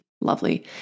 lovely